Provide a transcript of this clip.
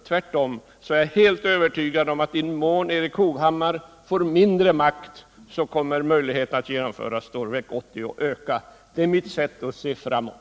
Tvärtom är jag övertygad om att i den mån Erik Hovhammar får mindre makt kommer möjligheten att genomföra Stålverk 80 att öka. Det är mitt sätt att se framåt.